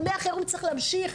אבל מהחירום צריכים להמשיך,